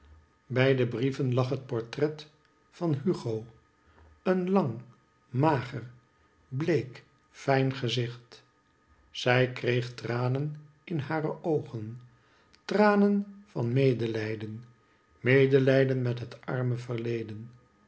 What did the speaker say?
bij de brieven lag het portret van hugo een lang mager bleek fijn gezicht zij kreeg tranen in hare oogen tranen van medelijden medelijden met het arme verleden